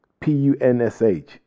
P-U-N-S-H